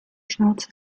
schnauze